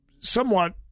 somewhat